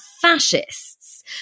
fascists